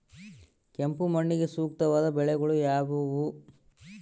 ಕೆಂಪು ಮಣ್ಣಿಗೆ ಸೂಕ್ತವಾದ ಬೆಳೆಗಳು ಯಾವುವು?